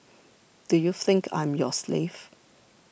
do you think I'm your slave